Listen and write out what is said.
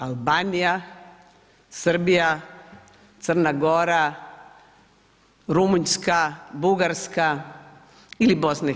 Albanija, Srbija, Crna Gora, Rumunjska, Bugarska ili BiH?